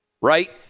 right